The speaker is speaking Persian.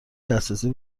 دسترسی